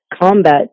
combat